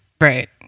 Right